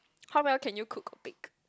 how well can you cook or bake